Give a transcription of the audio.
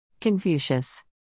Confucius